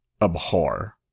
abhor